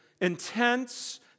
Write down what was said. intense